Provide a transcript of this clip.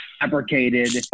fabricated